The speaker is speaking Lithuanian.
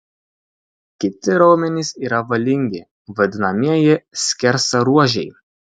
kiti raumenys yra valingi vadinamieji skersaruožiai